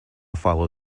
follow